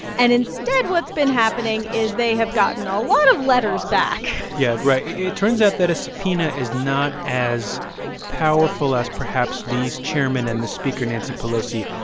and instead, what's been happening is they have gotten a lot of letters back yeah. right. it turns out that a subpoena is not as powerful as perhaps these chairmen and the speaker, nancy pelosi,